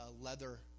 leather